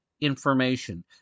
information